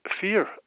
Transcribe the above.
fear